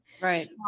right